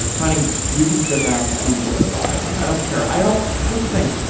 honey, you can sit back and enjoy the ride. i don't care. i don't here's the thing.